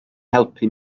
helpu